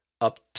up